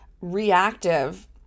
reactive